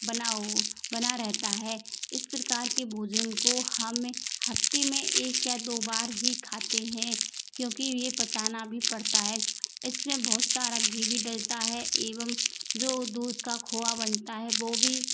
बनाओ बना रहता है इस प्रकार के भोजन को हम हफ्ते में एक या दो बार ही खाते हैं क्योंकि ये पचाना भी पड़ता है इस में बहुत सारा घी भी डलता है एवं जो दूध का खोवा बनता है वो भी